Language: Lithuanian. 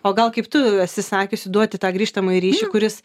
o gal kaip tu esi sakiusi duoti tą grįžtamąjį ryšį kuris